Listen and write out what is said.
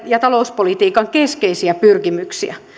ja talouspolitiikan keskeisiä pyrkimyksiä